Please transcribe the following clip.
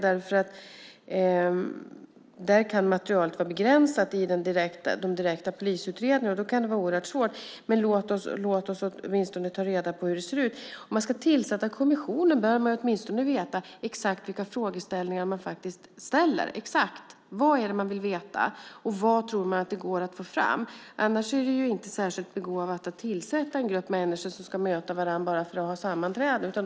Där kan materialet vara begränsat i de direkta polisutredningarna, och då kan det vara oerhört svårt. Men låt oss åtminstone ta reda på hur det ser ut! Om man ska tillsätta en kommission bör man åtminstone veta exakt vilka frågeställningar som finns. Exakt vad är det man vill veta? Och vad tror man går att få fram? Annars är det inte särskilt begåvat att tillsätta en grupp människor som ska möta varandra bara för att ha sammanträden.